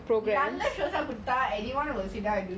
நல்ல:nalla shows eh குடுத்த:kudutha anyone will sit down and do